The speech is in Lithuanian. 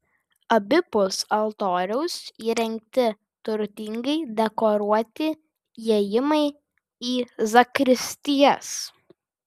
abipus altoriaus įrengti turtingai dekoruoti įėjimai į zakristijas